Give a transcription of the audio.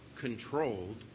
controlled